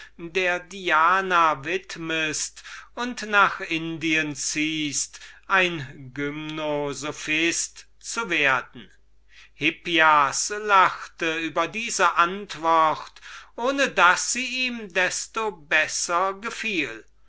der diana widmest und nach indien ziehst ein bramine zu werden hippias lachte über diese antwort ohne daß sie ihm desto besser gefiel